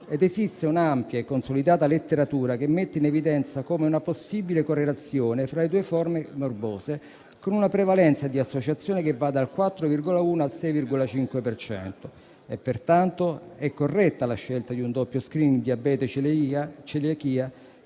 ed esiste un'ampia e consolidata letteratura che mette in evidenza una possibile correlazione fra le due forme morbose con una prevalenza di associazione che va dal 4,1 al 6,5 per cento. È pertanto corretta la scelta di un doppio *screening* diabete-celiachia